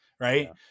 Right